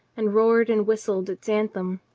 and roared and whistled its anthem.